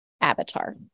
avatar